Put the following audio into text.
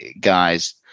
guys